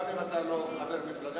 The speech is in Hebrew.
גם אם אתה לא חבר מפלגה,